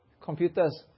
computers